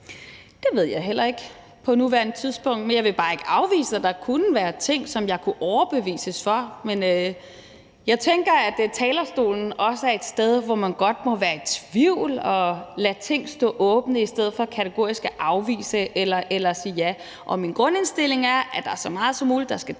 Det ved jeg heller ikke på nuværende tidspunkt, men jeg vil bare ikke afvise, at der kunne være ting, som jeg kunne overbevises om. Men jeg tænker, at talerstolen også er et sted, hvor man godt må være i tvivl og lade ting stå åbne i stedet for kategorisk at afvise dem eller sige ja. Og min grundindstilling er, at så mange beslutninger som muligt skal træffes